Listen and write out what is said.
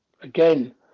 again